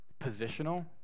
positional